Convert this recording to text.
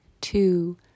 two